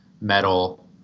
metal